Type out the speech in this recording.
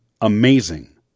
amazing